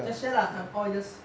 just share lah I'm all ears